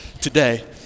today